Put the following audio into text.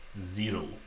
Zero